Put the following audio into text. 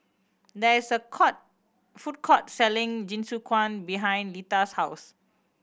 there is a court food court selling Jingisukan behind Litha's house